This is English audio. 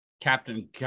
Captain